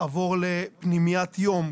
עבור לפנימיית יום,